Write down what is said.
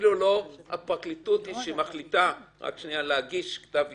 אפילו לא הפרקליטות היא שמחליטה להגיש כתב אישום,